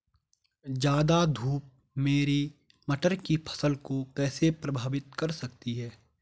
ज़्यादा धूप मेरी मटर की फसल को कैसे प्रभावित कर सकती है?